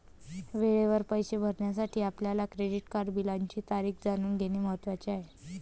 वेळेवर पैसे भरण्यासाठी आपल्या क्रेडिट कार्ड बिलाची तारीख जाणून घेणे महत्वाचे आहे